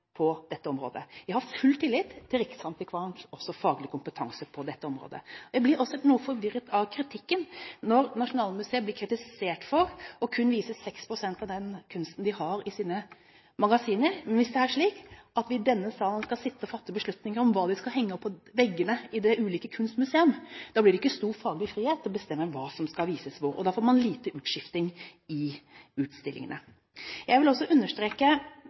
på dette området, og jeg har også full tillit til Riksantikvarens faglige kompetanse på dette området. Jeg blir også noe forvirret når Nasjonalmuseet blir kritisert for kun å vise fram 6 pst. av den kunsten de har i sine magasiner. Men hvis det er slik at vi i denne salen skal sitte og fatte beslutninger om hva de skal henge opp på veggene i det enkelte kunstmuseum, blir det ikke stor faglig frihet til å bestemme hva som skal vises hvor, og da får man lite utskifting i utstillingene. Jeg vil også understreke